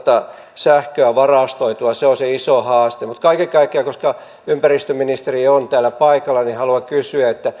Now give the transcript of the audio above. sähköä varastoitua on se iso haaste kaiken kaikkiaan koska ympäristöministeri on täällä paikalla haluan kysyä